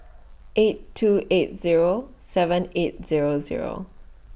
eight two eight Zero seven eight Zero Zero